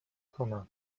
کنم